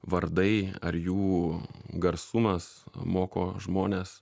vardai ar jų garsumas moko žmones